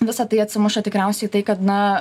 visa tai atsimuša tikriausiai į tai kad na